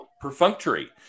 perfunctory